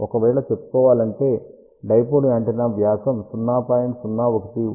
ఒకవేళ చెప్పుకోవాలంటే dipole antenna వ్యాసం 0